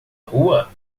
rua